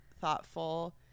thoughtful